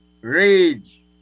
rage